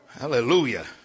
Hallelujah